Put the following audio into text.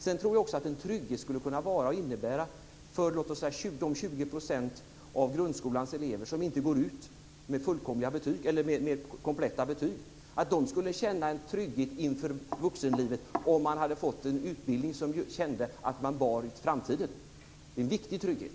Sedan tror jag också att de låt oss säga 20 % av grundskolans elever som inte går ut med kompletta betyg skulle känna en trygghet inför vuxenlivet om de hade fått en utbildning som gjorde att de kände att de bar framtiden. Det är en viktig trygghet.